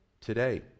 today